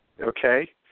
okay